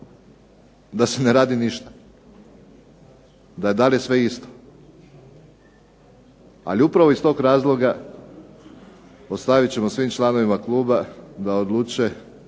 da se ne radi ništa, da je sve dalje isto. Ali upravo iz tog razloga ostavit ćemo svim članovima kluba da odluče